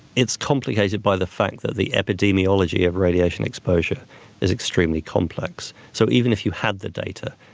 it's complicated by the fact that the epidemiology of radiation exposure is extremely complex. so even if you had the data,